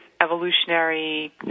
evolutionary